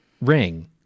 ring